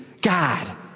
God